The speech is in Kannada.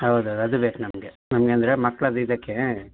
ಹೌದು ಹೌದು ಅದು ಬೇಕು ನಮ್ಗೆ ನಮ್ಗೆ ಅಂದರೆ ಮಕ್ಳದ್ದು ಇದಕ್ಕೆ